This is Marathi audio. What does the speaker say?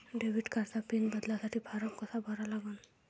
डेबिट कार्डचा पिन बदलासाठी फारम कसा भरा लागन?